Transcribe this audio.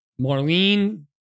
Marlene